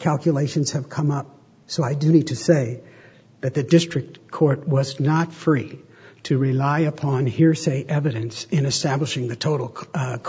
calculations have come up so i do need to say that the district court was not free to rely upon hearsay evidence in establishing the total